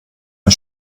mir